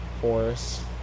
forest